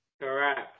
Correct